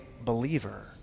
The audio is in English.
believer